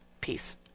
peace